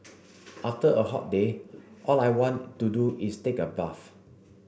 after a hot day all I want to do is take a bath